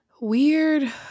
weird